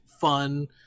fun